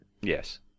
Yes